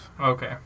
Okay